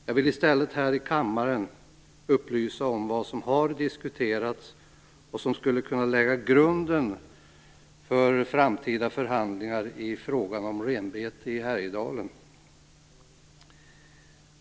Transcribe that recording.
Jag vill i stället här i kammaren upplysa om vad som har diskuterats och som skulle kunna lägga grunden för framtida förhandlingar i frågan om renbete i Härjedalen.